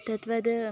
तद्वद्